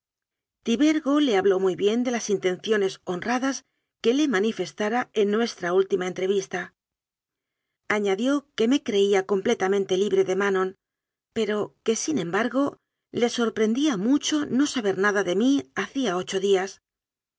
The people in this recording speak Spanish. tibergo le habló muy bien de las intencio nes honradas que le manifestara en nuestra última entrevista añadió que me creía completamen te libre de manon pero que sin embargo le sor prendía mucho no saber nada de mí hacía ocho días